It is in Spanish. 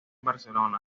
barcelona